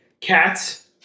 cats